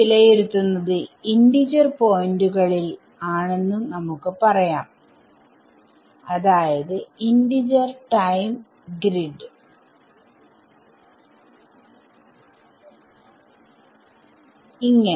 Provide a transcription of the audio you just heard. E വിലയിരുത്തുന്നത് integer പോയന്റുകളിൽആണെന്ന് നമുക്ക് പറയാം അതായത് ഇന്റിജർ ടൈം ഗ്രിഡ്സ്